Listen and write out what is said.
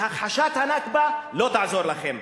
והכחשת הנכבה לא תעזור לכם.